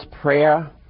prayer